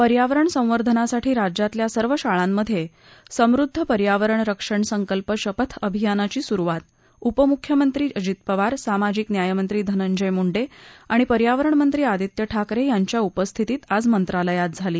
पर्यावरण संवर्धनासाठी राज्यातल्या सर्व शाळांमधे समृद्ध पर्यावरण रक्षण संकल्प शपथ अभियानाची सुरुवात उपमृख्यमंत्री अजित पवार सामाजिक न्यायमंत्री धनंजय मुंडे आणि पर्यावरणमंत्री आदित्य ठाकरे यांच्या उपस्थितीत आज मंत्रालयात झाली